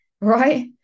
Right